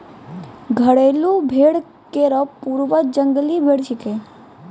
घरेलू भेड़ केरो पूर्वज जंगली भेड़ छिकै